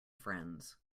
friends